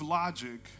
logic